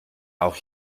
auch